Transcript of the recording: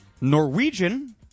Norwegian